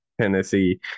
Tennessee